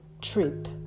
trip